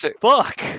fuck